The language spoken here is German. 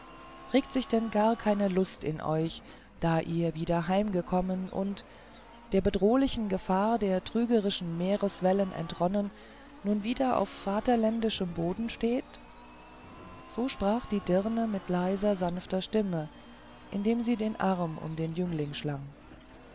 regt sich denn gar keine lust in euch da ihr wieder heimgekommen und der bedrohlichen gefahr der trügerischen meereswellen entronnen nun wieder auf vaterländischem boden steht so sprach die dirne mit leiser sanfter stimme indem sie den arm um den jüngling schlang